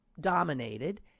dominated